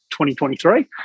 2023